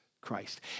Christ